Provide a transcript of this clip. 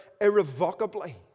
irrevocably